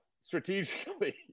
strategically